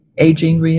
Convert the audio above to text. Aging